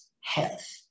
health